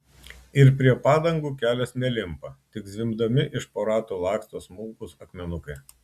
ir prie padangų kelias nelimpa tik zvimbdami iš po ratų laksto smulkūs akmenukai